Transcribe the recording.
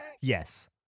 Yes